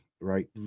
right